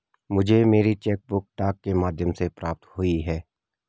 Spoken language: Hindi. मुझे मेरी चेक बुक डाक के माध्यम से प्राप्त हुई है